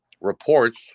reports